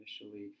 initially